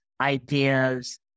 ideas